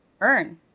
earn